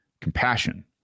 compassion